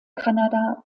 kanada